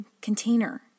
container